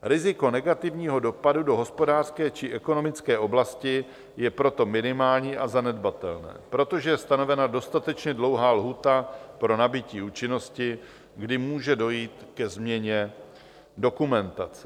Riziko negativního dopadu do hospodářské či ekonomické oblasti je proto minimální a zanedbatelné, protože je stanovena dostatečně dlouhá lhůta pro nabytí účinnosti, kdy může dojít ke změně dokumentace.